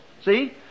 See